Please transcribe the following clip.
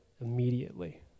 immediately